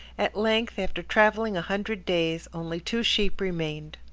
at length, after travelling a hundred days, only two sheep remained.